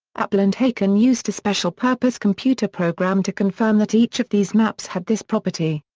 appel and haken used a special-purpose computer program to confirm that each of these maps had this property.